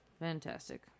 Fantastic